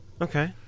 Okay